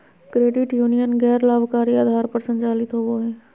credit union गैर लाभकारी आधार पर संचालित होबो हइ